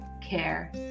care